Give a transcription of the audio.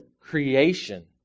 creation